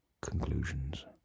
conclusions